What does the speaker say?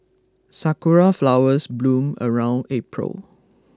sakura flowers bloom around April